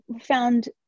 found